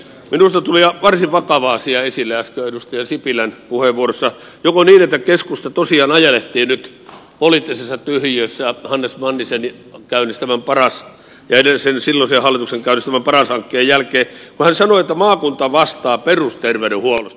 minusta tuli varsin vakava asia esille äsken edustaja sipilän puheenvuorossa ehkä keskusta tosiaan ajelehtii nyt poliittisessa tyhjiössä hannes mannisen ja silloisen hallituksen käynnistämän paras hankkeen jälkeen kun hän sanoi että maakunta vastaa perusterveydenhuollosta